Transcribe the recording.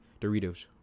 Doritos